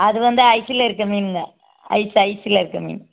அது வந்து ஐஸ்ஸில் இருக்கற மீனுங்கள் ஐஸ் ஐஸ்சில் இருக்கற மீன்